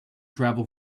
travel